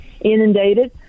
inundated